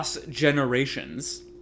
generations